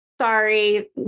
Sorry